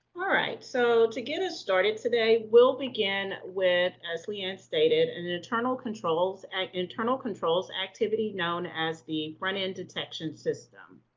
all right, so to get us started today, we'll begin with, as leigh ann stated, and an internal controls, an internal controls activity known as the front-end detection system.